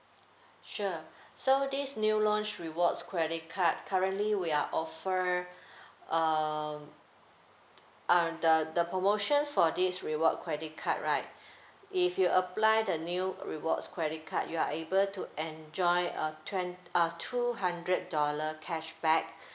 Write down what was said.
sure so this new launched rewards credit card currently we are offer uh um the the promotions for this reward credit card right if you apply the new rewards credit card you are able to enjoy a twen~ uh two hundred dollar cashback